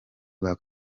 bwa